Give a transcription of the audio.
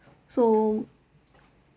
so